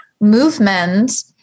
movement